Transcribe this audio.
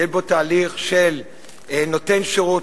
יש בו תהליך של נותן שירות,